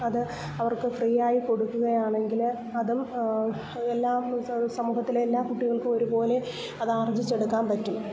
അത് അവർക്ക് ഫ്രീ ആയി കൊടുക്കുകയാണെങ്കില് അതും എല്ലാം സമൂഹത്തിലെ എല്ലാ കുട്ടികൾക്കും ഒരുപോലെ അതാർജ്ജിച്ചെടുക്കാന് പറ്റും